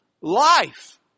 life